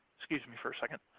excuse me for a second.